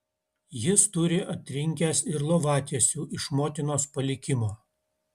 jis turi atrinkęs ir lovatiesių iš motinos palikimo